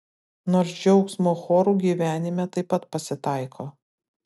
nors džiaugsmo chorų gyvenime taip pat pasitaiko